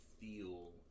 feel